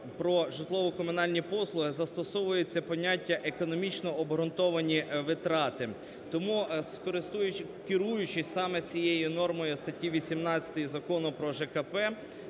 "Про житлово-комунальні послуги" застосовується поняття економічно обґрунтовані витрати. Тому керуючись саме цією нормою статті 18 Закону "Про ЖКП",